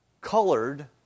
colored